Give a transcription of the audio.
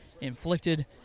inflicted